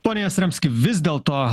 pone jastramski vis dėlto